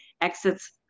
exits